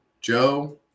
Joe